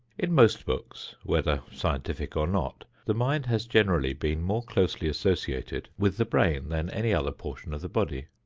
in most books, whether scientific or not, the mind has generally been more closely associated with the brain than any other portion of the body.